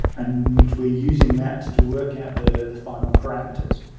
and we are using that to work out the the final parameters.